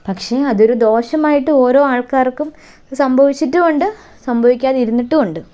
പക്ഷേ അതൊരു ദോഷമായിട്ട് ഓരോ ആൾക്കാർക്കും സംഭവിച്ചിട്ടും ഉണ്ട് സംഭവിക്കാതിരുന്നിട്ടും ഉണ്ട്